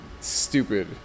stupid